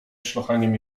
szlochaniem